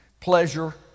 Pleasure